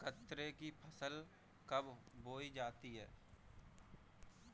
गन्ने की फसल कब बोई जाती है?